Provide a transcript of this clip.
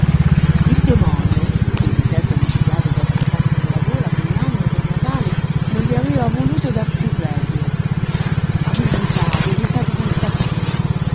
il demonio che gli s'è domiciliato da tant'anni nella gola quell'anno per natale non gli aveva voluto dar piú requie giú risate e risate senza fine